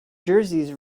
jerseys